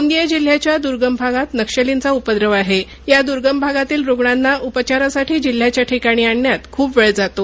गोंदिया जिल्ह्याच्या दुर्गम भागात नक्षलींचा उपद्रव आहे या दुर्गम भागातील रूग्णांना उपचारासाठी जिल्ह्याच्या ठिकाणी आणण्यात खूप वेळ जातो